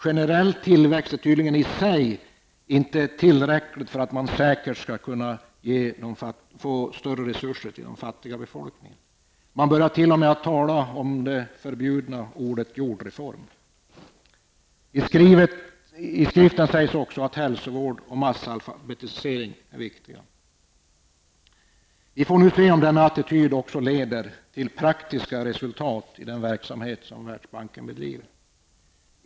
Generell tillväxt är tydligen i sig inte tillräckligt för att man säkert skall kunna få större resurser till de fattiga. Man börjar t.o.m. använda det förbjudna ordet jordreform. I skriften sägs också att hälsovård och massalfabetisering är viktiga saker. Vi får nu se om denna attityd också leder till praktiska resultat i den verksamhet som Världsbanken bedriver.